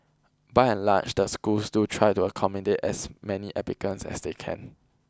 by and large the schools do try to accommodate as many applicants as they can